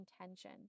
intention